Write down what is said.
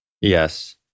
Yes